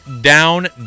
down